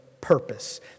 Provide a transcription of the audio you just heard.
Purpose